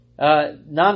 Non